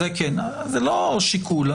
זה לא שיקול.